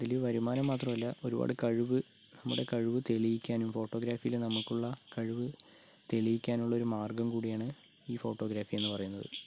ഇതിൽ വരുമാനം മാത്രമല്ല ഒരുപാട് കഴിവ് നമ്മുടെ കഴിവ് തെളിയിക്കാനും ഫോട്ടോഗ്രാഫിയിൽ നമുക്കുള്ള കഴിവ് തെളിയിക്കാനുള്ളൊരു മാര്ഗ്ഗം കൂടിയാണ് ഈ ഫോട്ടോഗ്രാഫി എന്നു പറയുന്നത്